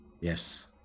Yes